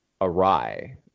awry